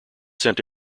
sent